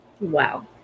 Wow